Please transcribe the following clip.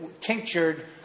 tinctured